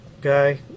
guy